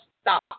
stop